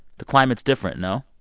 the climate's different, no?